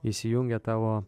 įsijungia tavo